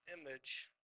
image